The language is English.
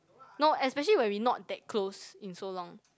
no especially when we not that close in so long